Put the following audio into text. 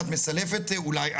את מסלפת אולי.